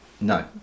No